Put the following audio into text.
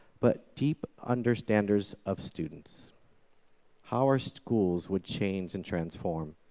but deep understanders of students? how our schools would change and transform?